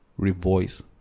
revoice